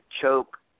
choke